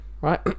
Right